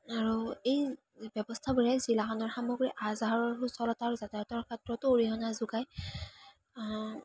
আৰু এই ব্যৱস্থাবোৰে জিলাখনৰ সামগ্ৰিক আহ যাহৰ আৰু সুচলতাৰ যাতায়াতৰ ক্ষেত্ৰতো অৰিহণা যোগাই